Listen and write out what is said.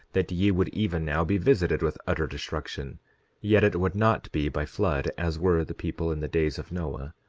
that ye would even now be visited with utter destruction yet it would not be by flood, as were the people in the days of noah,